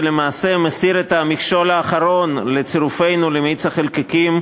שלמעשה מסיר את המכשול האחרון לצירופנו למאיץ החלקיקים,